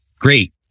Great